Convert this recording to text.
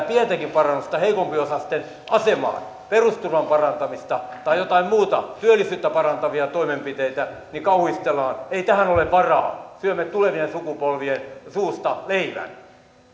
pientäkin parannusta heikompiosaisten asemaan perusturvan parantamista tai vaikka työllisyyttä parantavia toimenpiteitä niin kauhistellaan että ei tähän ole varaa syömme tulevien sukupolvien suusta leivän